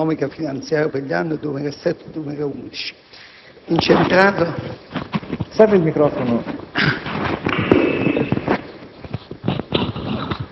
Signor Presidente, onorevoli colleghi,